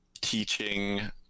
teaching